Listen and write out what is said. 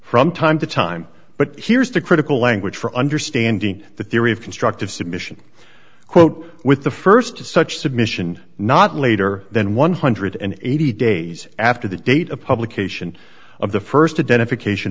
from time to time but here's the critical language for understanding the theory of constructive submission quote with the st such submission not later than one hundred and eighty days after the date of publication of the st identification